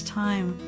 time